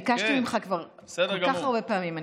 ביקשתי ממך כבר כל כך הרבה פעמים.